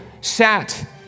sat